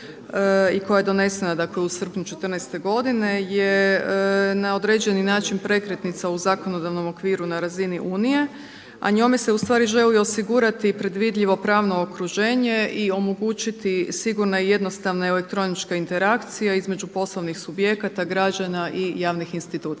i koja je donesena dakle u srpnju godine je na određeni način prekretnica u zakonodavnom okviru na razini Unije a njome se ustvari želi osigurati predvidljivo pravno okruženje i omogućiti sigurnu i jednostavnu elektroničku interakciju između poslovnih subjekata, građana i javnih institucija.